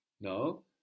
no